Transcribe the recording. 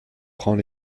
prend